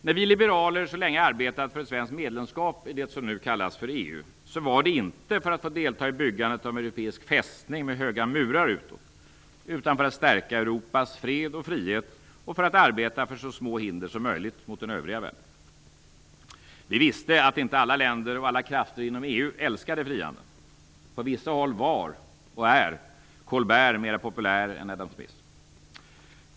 När vi liberaler så länge arbetat för ett svenskt medlemskap i det som nu kallas EU var det inte för att få delta i byggandet av en europeisk fästning med höga murar utåt utan för att stärka Europas fred och frihet och för att arbeta för så små hinder som möjligt mot den övriga världen. Vi visste att inte alla länder och alla krafter inom EU älskade frihandeln. På vissa håll var - och är - Colbert mer populär än Adam Smith.